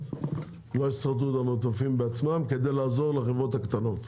לא יסדרו את המדפים בעצמם כדי לעזור לחברות הקטנות.